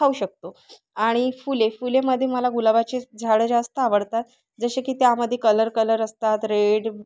खाऊ शकतो आणि फुले फुलेमध्ये मला गुलाबाचे झाडं जास्त आवडतात जसे की त्यामध्ये कलर कलर असतात रेड